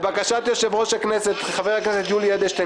בקשת יושב-ראש הכנסת חבר הכנסת יולי אדלשטיין